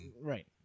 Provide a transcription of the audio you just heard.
Right